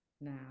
now